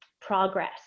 progress